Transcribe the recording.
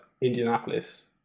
indianapolis